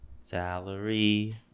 salary